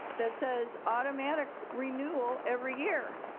that says automatic renewal every year.